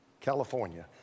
California